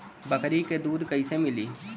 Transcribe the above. बकरी क दूध कईसे मिली?